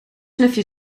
snuifje